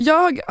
Jag